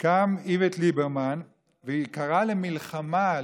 קם איווט ליברמן וקרא למלחמה,